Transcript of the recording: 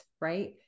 right